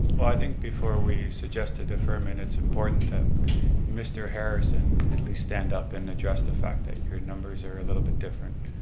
well, i think before we suggest a deferment it's important that mr. harrison at least stand up and address the fact that your numbers are a little bit different,